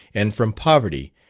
and from poverty,